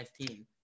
team